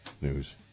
News